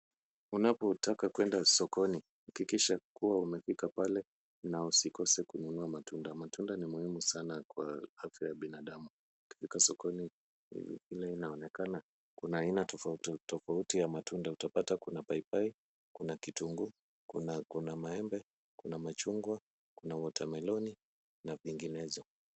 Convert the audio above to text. Unapotaka kwenda sokoni, hakikisha kuwa umefika pale na usikose kununua matunda. Matunda ni muhimu sana kwa afya ya binadamu. Ukifika sokoni, kuna aina tofauti tofauti ya matunda. Utapata kuna paipai, kuna kitunguu, kuna maembe, kuna machungwa, kuna watermeloni , na vinginezo.